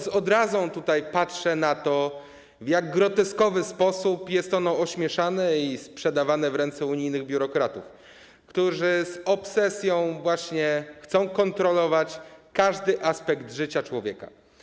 Z odrazą tutaj patrzę na to, w jak groteskowy sposób jest ono ośmieszane i sprzedawane w ręce unijnych biurokratów, którzy z obsesją chcą kontrolować każdy aspekt życia człowieka.